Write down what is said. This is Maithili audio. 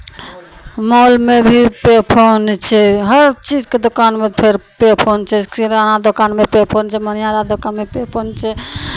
मॉलमे भी पे फोन छियै हर चीजके दोकानमे फेर पे फोन छै किराना दोकानमे पे फोन छै मनिहारा दोकानमे पे फोन छै